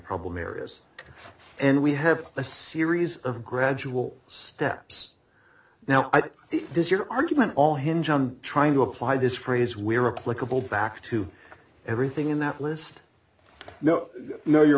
problem areas and we have a series of gradual steps now does your argument all hinge on trying to apply this phrase we're a political back to everything in that list no no your